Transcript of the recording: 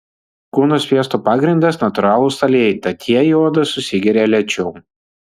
kūno sviesto pagrindas natūralūs aliejai tad jie į odą susigeria lėčiau